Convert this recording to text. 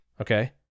Okay